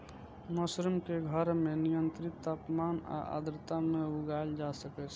mushroom कें घर मे नियंत्रित तापमान आ आर्द्रता मे उगाएल जा सकै छै